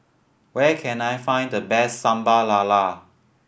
where can I find the best Sambal Lala